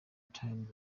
times